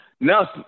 now